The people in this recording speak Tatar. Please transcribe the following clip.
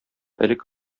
элек